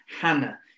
Hannah